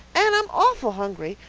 anne, i'm awful hungry.